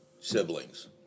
siblings